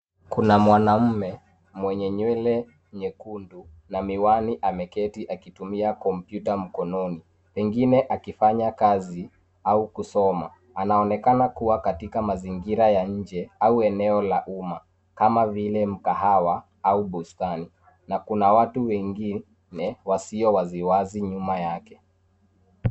Kuna mwamme mwenye nywele nyekundu na miwani ameketi akitumia kompyuta mkononi pengine akifanya kazi au kusoma. Anaonekana kuwa katika mazingira ya nje au eneo la umma kama vile mkahawa au bustani na kuna watu wengine wasio wazi wazi nyuma yake.